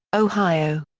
ohio.